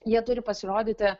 jie turi pasirodyti